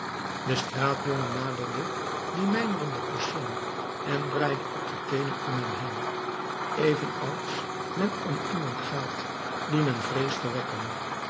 de straatjongen naderde dien mijmerenden persoon en draaide op de teenen om hem heen evenals men om iemand gaat dien men vreest te wekken